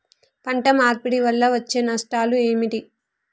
పంట మార్పిడి వల్ల వచ్చే నష్టాలు ఏమిటి?